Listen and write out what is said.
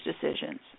decisions